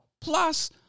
Plus